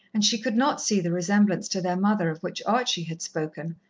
and she could not see the resemblance to their mother of which archie had spoken,